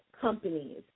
companies